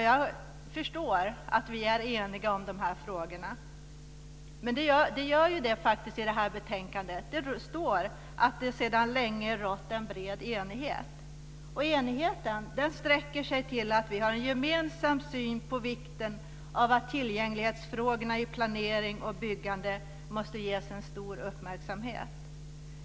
Jag förstår att vi är eniga om de här frågorna. Det står faktiskt i det här betänkandet att "det sedan länge rått en bred enighet". Enigheten sträcker sig till att vi har en gemensam syn på vikten av att tillgänglighetsfrågorna i planering och byggande måste ges en stor uppmärksamhet.